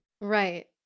Right